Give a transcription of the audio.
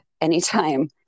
anytime